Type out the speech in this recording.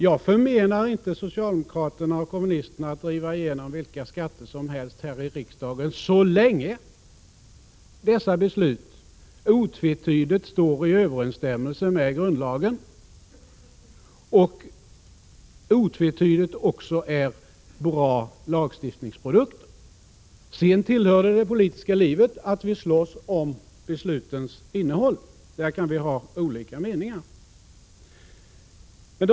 Jag förmenar inte socialdemokraterna och kommunisterna att driva igenom förslag om vilka skatter som helst här i riksdagen så länge besluten otvetydigt står i överensstämmelse med grundlagen och så länge det otvetydigt handlar om bra lagstiftningsprodukter. Sedan är det en annan sak att det tillhör det politiska livet att vi kan slåss om beslutens innehåll och ha olika meningar om det.